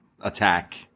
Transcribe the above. attack